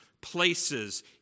places